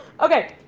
Okay